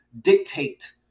dictate